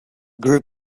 group